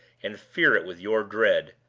and fear it with your dread.